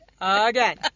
again